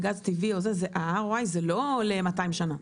לגז טבעי או זה זה לא ל-200 שנה.